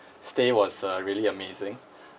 stay was uh really amazing